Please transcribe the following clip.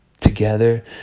together